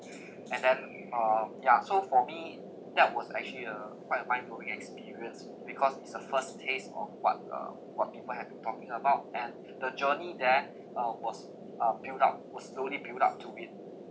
and then uh ya so for me that was actually a quite a mind blowing experience because it's the first taste of what uh what people have been talking about and the journey there uh was a build up was slowly build up to it